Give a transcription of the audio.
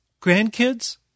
Grandkids